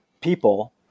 people